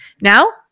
Now